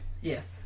yes